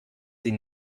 sie